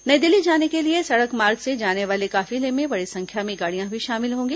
नई दिल्ली जाने के लिए सड़क मार्ग से जाने वाले काफिले में बड़ी संख्या में गाड़ियां भी शामिल होंगी